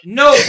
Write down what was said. no